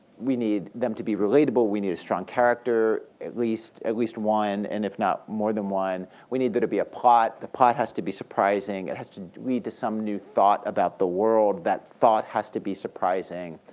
we need them to be relatable, we need a strong character at least at least one, and if not more than one we need there to be a plot, the plot has to be surprising, it has to do lead to some new thought about the world, that thought has to be surprising.